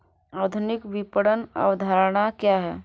आधुनिक विपणन अवधारणा क्या है?